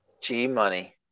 g-money